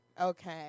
Okay